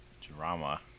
Drama